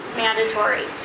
mandatory